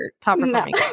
top-performing